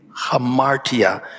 hamartia